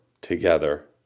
together